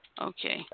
Okay